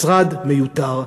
משרד מיותר.